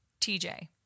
TJ